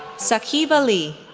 saqib ali,